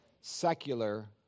secular